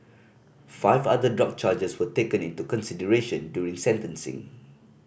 five other drug charges were taken into consideration during sentencing